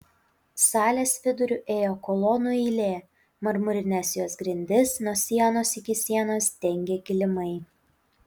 salės viduriu ėjo kolonų eilė marmurines jos grindis nuo sienos iki sienos dengė kilimai